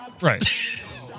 Right